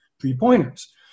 three-pointers